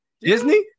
Disney